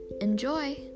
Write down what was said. Enjoy